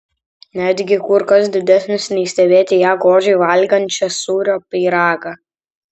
netgi kur kas didesnis nei stebėti ją godžiai valgančią sūrio pyragą